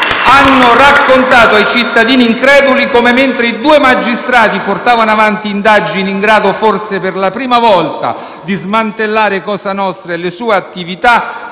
hanno raccontato ai cittadini increduli come, mentre i due magistrati portavano avanti indagini in grado, forse per la prima volta, di smantellare Cosa nostra e le sue attività,